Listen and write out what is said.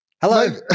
Hello